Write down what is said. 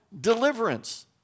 deliverance